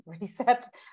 reset